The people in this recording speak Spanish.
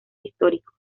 históricos